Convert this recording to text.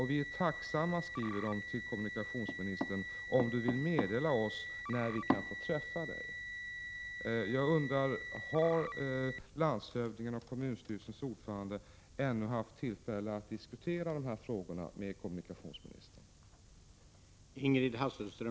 Vi är tacksamma om du vill meddela oss när vi kan få träffa dig. Jag undrar: Har landshövdingen och kommunstyrelsens ordförande ännu haft tillfälle att diskutera dessa frågor med kommunikationsministern?